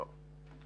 לא.